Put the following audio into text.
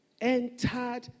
entered